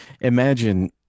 Imagine